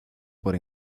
por